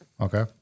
Okay